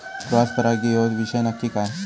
Cross परागी ह्यो विषय नक्की काय?